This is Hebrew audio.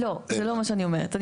לא, זה לא מה שאני אומרת.